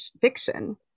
fiction